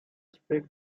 speak